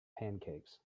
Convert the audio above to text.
pancakes